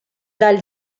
dal